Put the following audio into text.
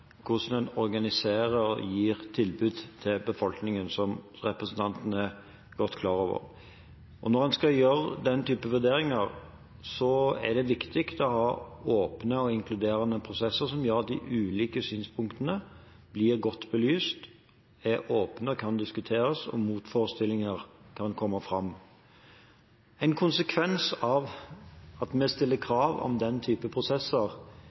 klar over. Når en skal gjøre den typen vurderinger, er det viktig å ha åpne og inkluderende prosesser som gjør at de ulike synspunktene blir godt belyst, er åpne og kan diskuteres, og motforestillinger kan komme fram. En konsekvens av at vi stiller krav om den typen prosesser,